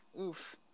Oof